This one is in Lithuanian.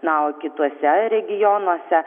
na o kituose regionuose